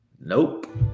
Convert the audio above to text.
Nope